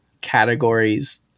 categories